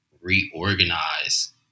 reorganize